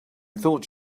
thought